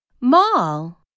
Mall